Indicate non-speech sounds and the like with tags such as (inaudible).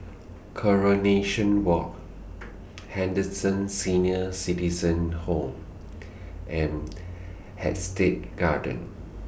Coronation Walk Henderson Senior Citizens' Home and (noise) Hampstead Gardens